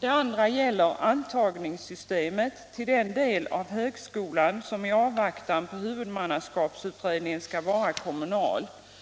Den andra frågan gäller antagningssystemet till den del av högskolan som i avvaktan på huvudmannaskapsutredningen skall vara kommunal.